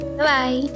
Bye-bye